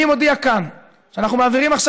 אני מודיע כאן שאנחנו מעבירים עכשיו